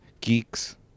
geeks